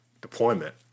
deployment